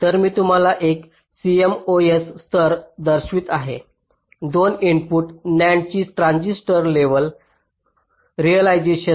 तर मी तुम्हाला एक CMOS स्तर दर्शवित आहे 2 इनपुट NAND ची ट्रान्झिस्टर लेवल रिअलझाशन